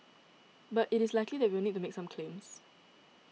but it is likely that we will need to make some claims